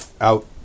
Out